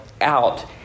out